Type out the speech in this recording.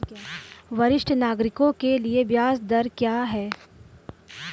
वरिष्ठ नागरिकों के लिए ब्याज दर क्या हैं?